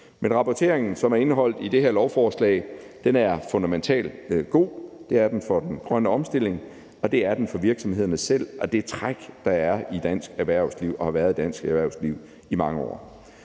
Men rapporteringen, som er indeholdt i det her lovforslag, er fundamentalt god. Det er den for den grønne omstilling, og det er den for virksomhederne selv og det træk, der er i dansk erhvervsliv og har været i dansk erhvervsliv i mange år.